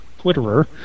Twitterer